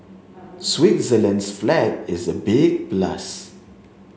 Switzerland's flag is a big plus